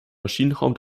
maschinenraum